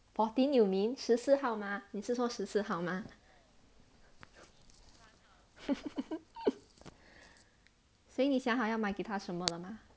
fourteen you mean 十四号吗你是说十四号吗 所以你想好要买给他什么的吗